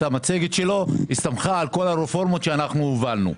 המצגת שלו הסתמכה על כל הרפורמות שאנחנו הובלנו.